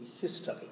history